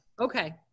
Okay